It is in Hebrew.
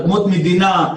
אדמות מדינה,